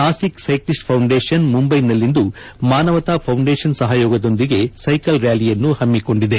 ನಾಸಿಕ್ ಸ್ಟೆಕ್ಲಿಸ್ಟ್ ಫೌಂಡೇಶನ್ ಮುಂಬೈಯಲ್ಲಿಂದು ಮಾನವತಾ ಫೌಂಡೇಶನ್ ಸಹಯೋಗದೊಂದಿಗೆ ಸ್ಟೆಕಲ್ ರ್್ಾಲಿಯನ್ನು ಹಮ್ನಿಕೊಂಡಿದೆ